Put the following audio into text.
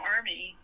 Army